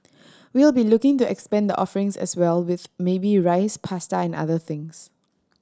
we'll be looking to expand the offerings as well with maybe rice pasta and other things